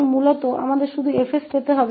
तो मूल रूप से हमें केवल 𝐹𝑠 प्राप्त करना होगा